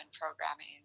programming